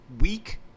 week